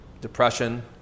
depression